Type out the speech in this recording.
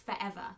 forever